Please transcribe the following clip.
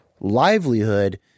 livelihood